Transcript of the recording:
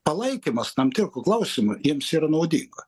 palaikymas tam tikrų klausimų jiems yra naudinga